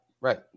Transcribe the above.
Right